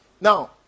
now